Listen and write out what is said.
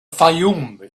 fayoum